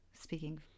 speaking